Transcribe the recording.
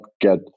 get